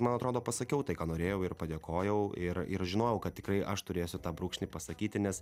man atrodo pasakiau tai ką norėjau ir padėkojau ir ir žinojau kad tikrai aš turėsiu tą brūkšnį pasakyti nes